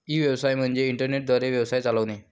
E व्यवसाय म्हणजे internet द्वारे व्यवसाय चालवणे